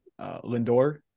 Lindor